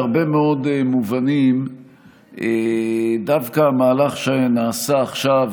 בהרבה מאוד מובנים דווקא המהלך שנעשה עכשיו,